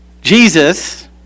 Jesus